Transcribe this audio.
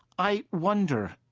i wonder,